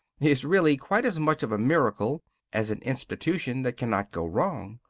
is really quite as much of a miracle as an institution that cannot go wrong.